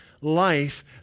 life